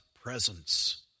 presence